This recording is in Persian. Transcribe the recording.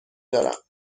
دارم